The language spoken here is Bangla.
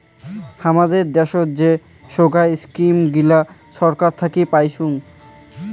হামাদের দ্যাশোত যে সোগায় ইস্কিম গিলা ছরকার থাকি পাইচুঙ